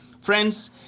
friends